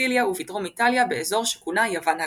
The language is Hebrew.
סיציליה ובדרום איטליה באזור שכונה יוון הגדולה.